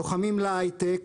לוחמים להייטק,